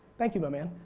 thank you my man.